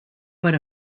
per